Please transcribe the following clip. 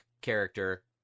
character